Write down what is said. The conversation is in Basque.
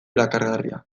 erakargarria